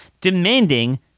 demanding